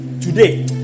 today